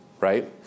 Right